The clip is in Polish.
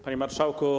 Panie Marszałku!